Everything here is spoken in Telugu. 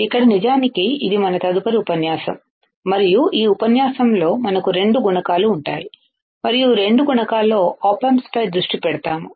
ఇక్కడ నిజానికి ఇది మన తదుపరి ఉపన్యాసం మరియు ఈ ఉపన్యాసంలో మనకు రెండు గుణకాలు ఉంటాయి మరియు ఈ రెండు గుణకాల్లో ఆప్ ఆంప్స్పై దృష్టి పెడతాము